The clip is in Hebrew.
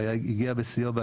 שהגיע בשיאו,